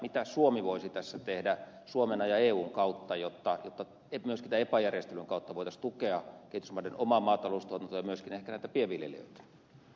mitä suomi voisi tässä tehdä suomena ja eun kautta jotta myöskin epa järjestelyn kautta voitaisiin tukea kehitysmaiden omaa maataloustuotantoa ja myöskin ehkä näitä pienviljelijöitä